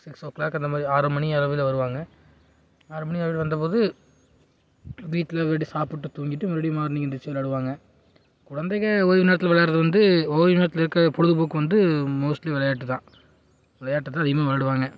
six o'clock அந்த மாதிரி ஆறு மணி அளவில் வருவாங்க ஆறு மணி அளவில் வந்தபோது வீட்டில் வீடு சாப்பிட்டு தூங்கிவிட்டு மறுபடியும் மார்னிங் எழுந்துருச்சி விளையாடுவாங்க குழந்தைகள் ஓய்வு நேரத்தில் விளையாடுறது வந்து ஓய்வு நேரத்தில் இருக்கற பொழுதுபோக்கு வந்து மோஸ்ட்லி விளையாட்டு தான் விளையாட்டுதான் அதிகமாக விளையாடுவாங்க